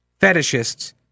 fetishists